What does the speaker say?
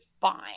fine